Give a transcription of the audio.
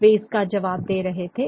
वे इसका जवाब दे रहे थे